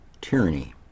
tyranny